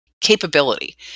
capability